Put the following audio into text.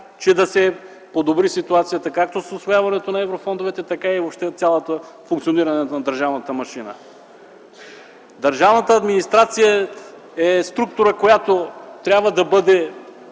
че да се подобри ситуацията, както с усвояването на еврофондовете, така и въобще във функционирането на държавната машина. Държавната администрация е структура, с която трябва много